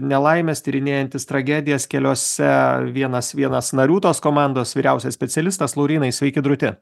nelaimes tyrinėjantis tragedijas keliose vienas vienas narių tos komandos vyriausias specialistas laurynai sveiki drūti